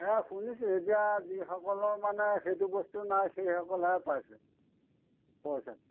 এয়া শুনিছোঁ এতিয়া যিসকলৰ মানে সেইটো বস্তু নাই সেইসকলেহে পাইছে পইচাটো